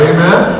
Amen